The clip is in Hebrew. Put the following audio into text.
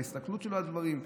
מההסתכלות שלו על דברים.